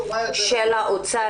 מזיקה.